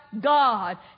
God